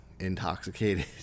intoxicated